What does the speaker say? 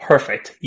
Perfect